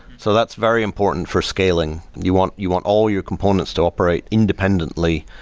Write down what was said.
so that's very important for scaling. you want you want all your components to operate independently,